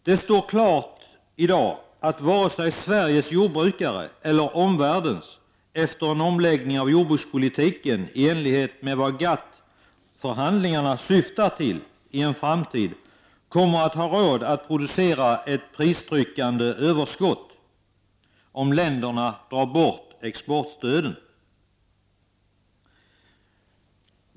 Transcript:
Det står i dag klart att varken Sveriges jordbrukare eller omvärldens, efter en omläggning av jordbrukspolitiken i enlighet med vad GATT-förhandlingarna syftar till, kommer att ha råd att i en framtid producera ett pristryckande överskott, om länderna drar bort exportstöden.